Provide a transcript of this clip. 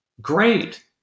great